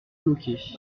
bloquée